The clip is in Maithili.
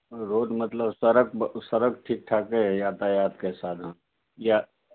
रोड मतलब सड़क सड़क ठीक ठाक यऽ यातायातके साधन यऽ